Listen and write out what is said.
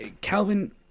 Calvin